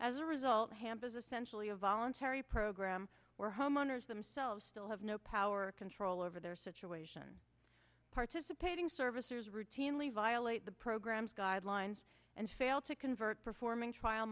as a result hamp is essentially a voluntary program where homeowners themselves still have no power control over their situation participating servicers routinely violate the program's guidelines and fail to convert performing trial